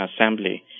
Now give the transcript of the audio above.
assembly